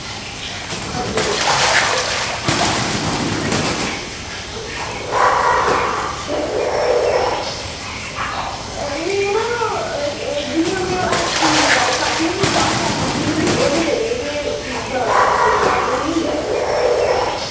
हां जी में ना जियां में आईसक्रीम बगैरा खाद्धी ही नी चाह् शाह् पीती ही ते ओह्दे करियै गै जादा दर्द स्टार्ट होई